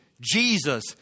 Jesus